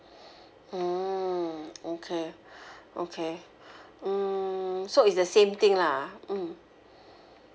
mm okay okay mm so is the same thing lah mm